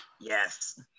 yes